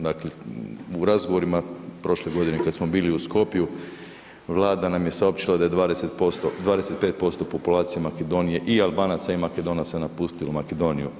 Dakle, u razgovorima prošle godine kada samo bili u Skopju Vlada nam je saopćila da je 25% populacije Makedonije i Albanaca i Makedonaca napustilo Makedoniju.